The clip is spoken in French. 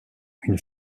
une